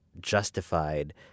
justified